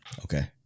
Okay